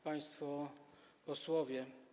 Państwo Posłowie!